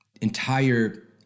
entire